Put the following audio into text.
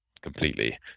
completely